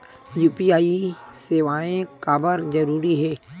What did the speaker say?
UPI सेवाएं काबर जरूरी हे?